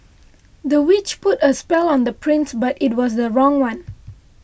the witch put a spell on the prince but it was the wrong one